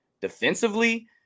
defensively